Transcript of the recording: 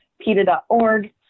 PETA.org